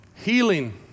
Healing